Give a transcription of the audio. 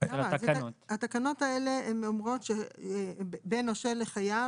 התקנות האלה אומרות שבין נושה לחייב,